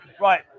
Right